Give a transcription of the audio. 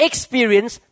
Experience